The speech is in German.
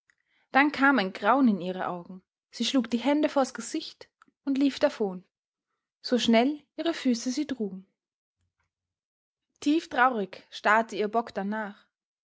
dann kam ein grauen in ihre augen sie schlug die hände vor's gesicht und lief davon so schnell ihre füße sie trugen tief traurig starrte ihr bogdn nach